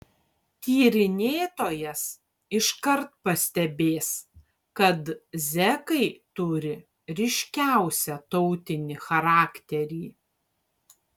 tyrinėtojas iškart pastebės kad zekai turi ryškiausią tautinį charakterį